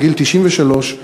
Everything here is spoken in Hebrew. בגיל 93,